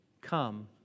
come